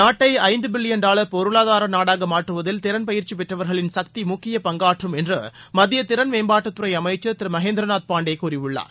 நாட்டை ஐந்து billion dollar பொருளாதார நாடாக மாற்றுவதில் திறன் பயிற்சி பெற்றவர்களின் கக்தி முக்கிய பங்காற்றும் என்று மத்திய திறன் மேம்பாட்டுத்துறை அமைச்சர் திரு மகேந்திரநாத் பாண்டே கூறியுள்ளார்